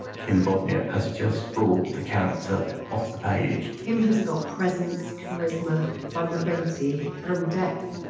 kim bodnia has just brought the character off the page. kim has got presence, charisma, vulnerability, and depth.